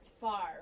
far